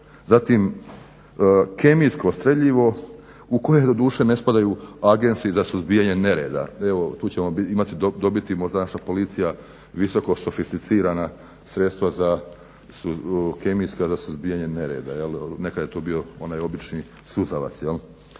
zatim kemijsko streljivo u koje doduše ne spadaju agensi za suzbijanje nereda. Evo tu ćemo imati, dobiti možda naša Policija visoko sofisticirana sredstva kemijska za suzbijanje nereda. Nekad je to bio onaj obični suzavac jel'.